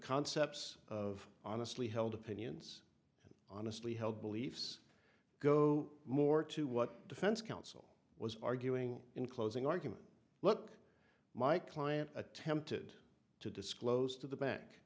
concepts of honestly held opinions and honestly held beliefs go more to what defense counsel was arguing in closing argument look my client attempted to disclose to the ba